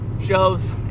shows